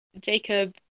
Jacob